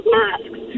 masks